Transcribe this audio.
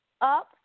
up